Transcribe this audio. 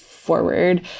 forward